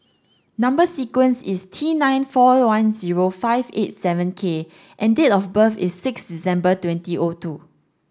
number sequence is T nine four one zero five eight seven K and date of birth is sixth December twenty O two